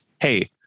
hey